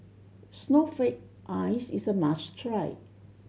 snowflake ice is a must try